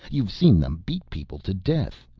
you've seen them beat people to death.